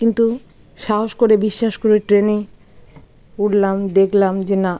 কিন্তু সাহস করে বিশ্বাস করে ট্রেনে উঠলাম দেখলাম যে না